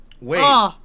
wait